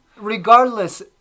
regardless